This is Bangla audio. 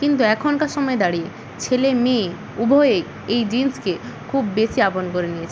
কিন্তু এখনকার সময় দাঁড়িয়ে ছেলে মেয়ে উভয়েই এই জিন্সকে খুব বেশি আপন করে নিয়েছে